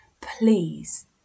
Please